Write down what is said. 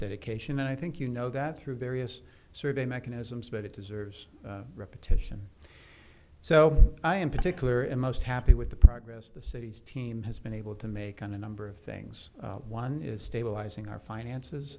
dedication and i think you know that through various survey mechanisms but it deserves repetition so i in particular am most happy with the progress the city's team has been able to make on a number of things one is stabilizing our finances